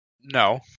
No